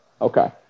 Okay